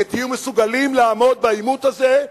ותהיו מסוגלים לעמוד בעימות הזה,